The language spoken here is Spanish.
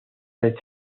del